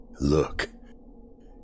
Look